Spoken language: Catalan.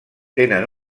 tenen